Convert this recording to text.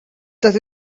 that